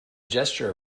gesture